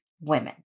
women